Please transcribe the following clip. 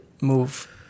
move